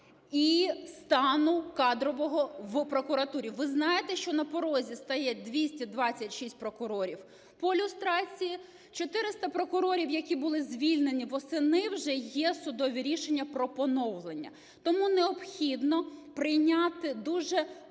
і стану кадрового в прокуратурі. Ви знаєте, що на порозі стоять 226 прокурорів по люстрації, 400 прокурорів, які були звільнені восени, вже є судові рішення про поновлення. Тому необхідно прийняти дуже важливі